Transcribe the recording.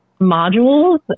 modules